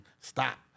stop